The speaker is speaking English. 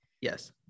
Yes